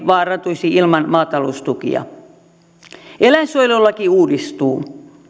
vaarantuisi ilman maataloustukia eläinsuojelulaki uudistuu